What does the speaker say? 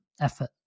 effort